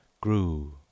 grew